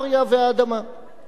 מדינת כל אזרחיה, לא?